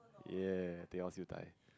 yeah teh-O siew-dai